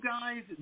guys